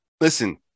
listen